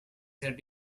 here